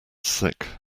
sick